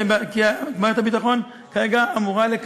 כי מערכת הביטחון כרגע אמורה לקיים,